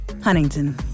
Huntington